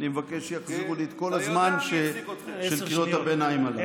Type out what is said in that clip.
אני מבקש שיחזירו לי את כל הזמן של קריאות הביניים הללו.